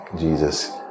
Jesus